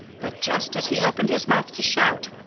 but just as he opened his mouth to shout,